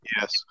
Yes